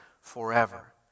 forever